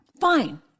Fine